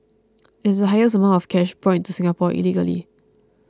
it is the highest amount of cash brought into Singapore illegally